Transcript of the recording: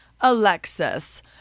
Alexis